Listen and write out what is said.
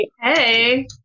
hey